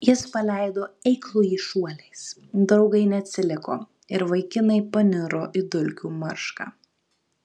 jis paleido eiklųjį šuoliais draugai neatsiliko ir vaikinai paniro į dulkių maršką